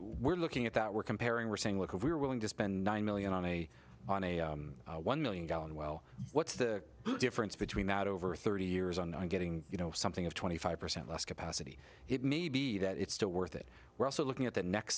we're looking at that we're comparing we're saying look if we're willing to spend nine million on a one million gallon well what's the difference between that over thirty years on and getting you know something of twenty five percent less capacity it may be that it's still worth it we're also looking at the next